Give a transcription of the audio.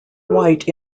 white